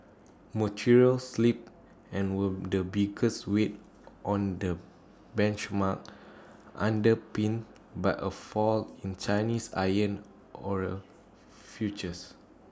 materials slipped and were the biggest weight on the benchmark underpinned by A fall in Chinese iron ore futures